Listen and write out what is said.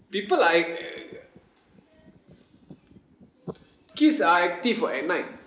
people like uh kids are active [what] at night